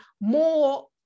more